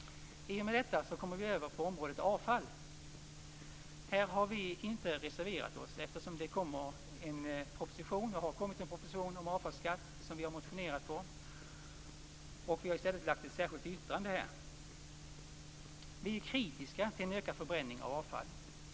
I och med detta kommer vi över på området avfall. Här har vi inte reserverat oss, eftersom det har kommit en proposition om avfallsskatt och vi har motionerat med anledning av denna. Vi har i stället avgivit ett särskilt yttrande. Vi är kritiska till en ökad förbränning av avfall.